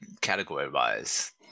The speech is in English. category-wise